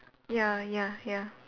ya ya ya